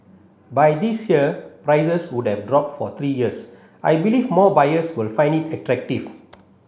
by this year prices would have dropped for three years I believe more buyers will find it attractive